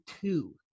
two